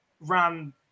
ran